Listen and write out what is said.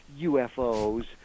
UFOs